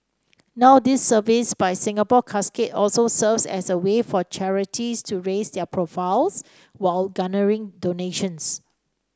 now this service by Singapore Casket also serves as a way for charities to raise their profiles while garnering donations